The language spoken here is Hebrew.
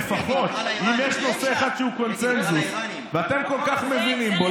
לפחות אם יש נושא אחד שהוא קונסנזוס ואתם כל כך מבינים בו,